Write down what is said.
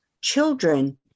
children